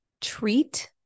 treat